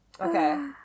Okay